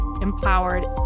empowered